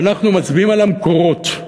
ואנחנו מצביעים על המקורות.